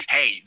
Hey